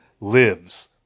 Lives